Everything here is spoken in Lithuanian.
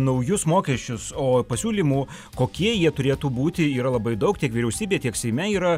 naujus mokesčius o pasiūlymų kokie jie turėtų būti yra labai daug tiek vyriausybėj tiek seime yra